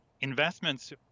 Investments